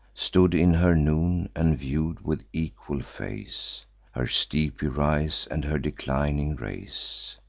stood in her noon, and view'd with equal face her steepy rise and her declining race.